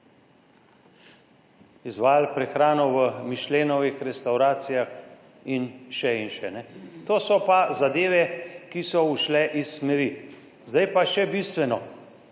izvajali prehrano v Mihelinovih restavracijah in še in še. To so pa zadeve, ki so ušle iz smeri. Zdaj pa še bistveno,